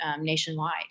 nationwide